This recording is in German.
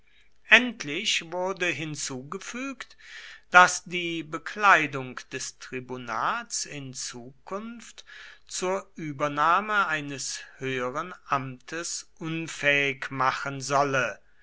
endlich wurde hinzugefügt daß die bekleidung des tribunats in zukunft zur übernahme eines höheren amtes unfähig machen solle